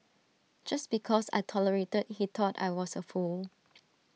just because I tolerated he thought I was A fool